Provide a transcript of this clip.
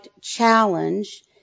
challenge